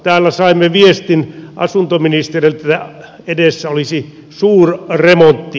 täällä saimme viestin asuntoministeriltä että edessä olisi suurremontti